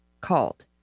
called